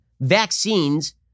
vaccines